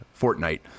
Fortnite